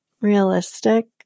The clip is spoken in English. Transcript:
realistic